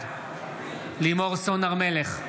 בעד לימור סון הר מלך,